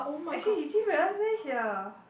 actually you didn't realise meh here